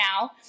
now